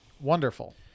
Wonderful